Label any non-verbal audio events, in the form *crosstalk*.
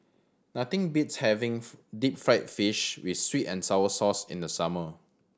nothing beats having *noise* deep fried fish with sweet and sour sauce in the summer